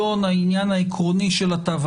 התכנסנו הבוקר הזה לדיון מעקב בנושא מדיניות התו הירוק.